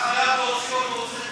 אתה חייב להוציא אותו,